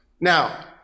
now